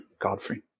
Godfrey